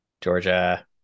Georgia